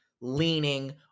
leaning